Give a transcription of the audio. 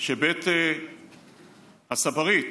שבית הצברית